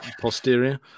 posterior